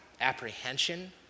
apprehension